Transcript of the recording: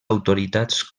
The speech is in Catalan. autoritats